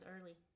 early